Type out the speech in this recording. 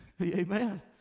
Amen